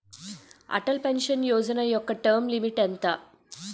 Atal pension Yojana యెక్క term limit ఎంత?